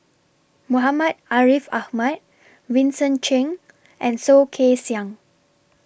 Muhammad Ariff Ahmad Vincent Cheng and Soh Kay Siang